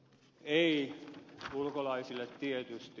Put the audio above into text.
ei ulkolaisille tietysti